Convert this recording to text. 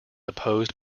opposed